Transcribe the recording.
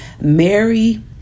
Mary